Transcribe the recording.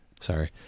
Sorry